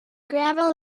gravel